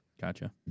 Gotcha